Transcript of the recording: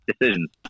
decisions